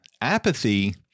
Apathy